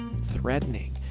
threatening